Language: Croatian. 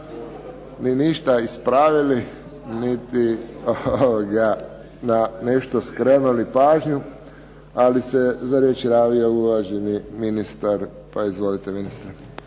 mi ništa ispravili niti na nešto skrenuli pažnju. Ali se za riječ javio uvažani ministar. Izvolite.